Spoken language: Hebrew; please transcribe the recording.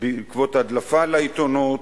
בעקבות הדלפה לעיתונות,